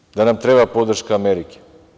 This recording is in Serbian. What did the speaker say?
Kažete da nam treba podrška Amerike.